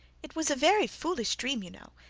it was a very foolish dream, you know.